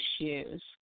issues